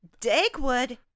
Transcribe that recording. Dagwood